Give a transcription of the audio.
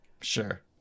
Sure